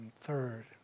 third